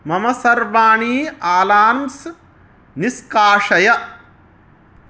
मम सर्वाणि अलाम्स् निष्कासय